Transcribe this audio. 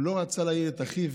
הוא לא רצה להעיר את אחיו,